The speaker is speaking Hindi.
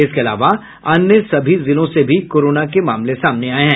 इसके अलावा अन्य सभी जिलों से भी कोरोना के मामले सामने आए हैं